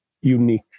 unique